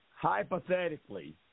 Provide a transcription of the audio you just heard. Hypothetically